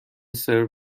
سرو